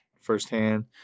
firsthand